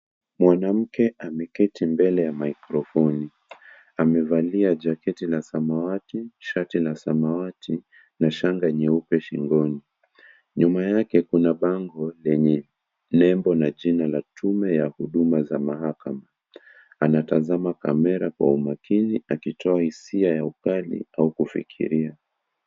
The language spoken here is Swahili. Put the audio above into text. Mwanamke ameketi mbele ya makrofoni. Amevalia jaketi la samawati, shati la samawati na shanga nyeupe shingoni. Nyuma yake kuna bango lenye nembo na jina la tume ya Huduma za mahakama. Anatazama kamera kwa umakini akitoa hisia ya ukali au kufikiria.